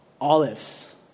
Olives